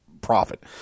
profit